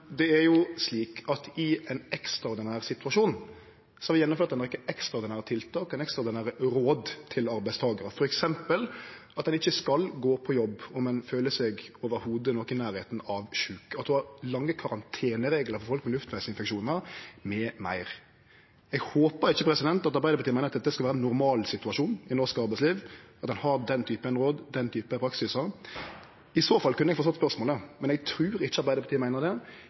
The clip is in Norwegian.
Det er jo slik at i ein ekstraordinær situasjon har vi gjennomført ei rekkje ekstraordinære tiltak og ekstraordinære råd til arbeidstakarar, f.eks. at ein ikkje skal gå på jobb om ein føler seg noko i nærleiken av sjuk, at ein har lange karantenereglar for folk med luftvegsinfeksjonar, m.m. Eg håpar ikkje at Arbeidarpartiet meiner dette skal vere normalsituasjonen i norsk arbeidsliv, at ein har den type råd, den type praksisar. I så fall kunne eg forstått spørsmålet, men eg trur ikkje Arbeidarpartiet meiner det.